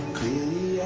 Clearly